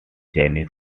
janis